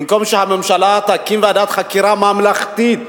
במקום שהממשלה תקים ועדת חקירה ממלכתית